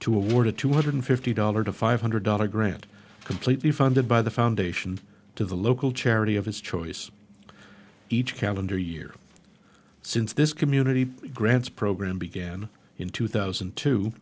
to award a two hundred fifty dollars to five hundred dollars grant completely funded by the foundation to the local charity of his choice each calendar year since this community grants program began in two thousand